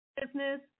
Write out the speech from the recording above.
business